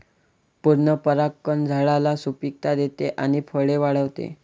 पूर्ण परागकण झाडाला सुपिकता देते आणि फळे वाढवते